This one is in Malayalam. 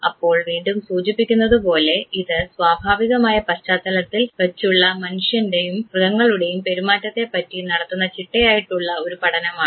അപ്പോൾ വീണ്ടും സൂചിപ്പിക്കുന്നതുപോലെ ഇത് സ്വാഭാവികമായ പശ്ചാത്തലത്തിൽ വച്ചുള്ള മനുഷ്യൻറെയും മൃഗങ്ങളുടെയും പെരുമാറ്റത്തെ പറ്റി നടത്തുന്ന ചിട്ടയായിട്ടുള്ള ഒരു പഠനമാണ്